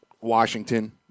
Washington